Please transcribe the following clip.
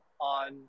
on